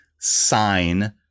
sign